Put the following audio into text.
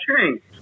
changed